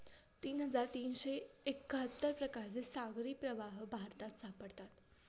तीन हजार तीनशे एक्काहत्तर प्रकारचे सागरी प्रवाह भारतात सापडतात